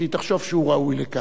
שהיא תחשוב שהוא ראוי לכך.